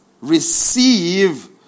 receive